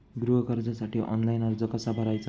गृह कर्जासाठी ऑनलाइन अर्ज कसा भरायचा?